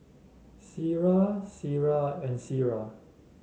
Syirah Syirah and Syirah